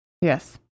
Yes